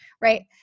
right